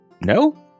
no